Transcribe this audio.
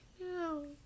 no